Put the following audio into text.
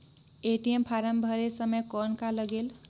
ATM form भरे समय कौन का लगेल?